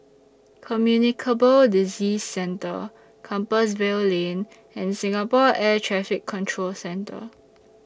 Communicable Disease Centre Compassvale Lane and Singapore Air Traffic Control Centre